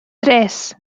tres